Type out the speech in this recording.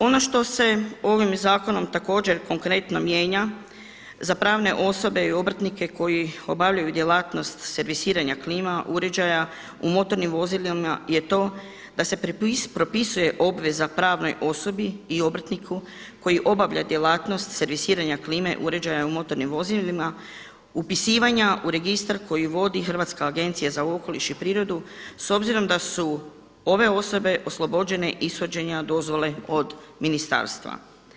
Ono što se ovim zakonom također konkretno mijenja, za pravne osobe i obrtnike koji obavljaju djelatnost servisiranja klima uređaja u motornim vozilima je to da se propisuje obveza pravnoj osobi i obrtniku koji obavlja djelatnost servisiranja klime uređaja u motornim vozilima, upisivanja u registar koji vodi Hrvatska agencija za okoliš i prirodu, s obzirom da su ove osobe oslobođene ishođenja dozvole od ministarstva.